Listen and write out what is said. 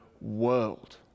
world